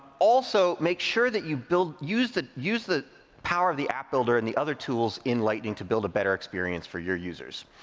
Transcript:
also, make sure that you use the use the power of the app builder and the other tools in lightning to build a better experience for your users.